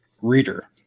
reader